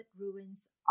ruins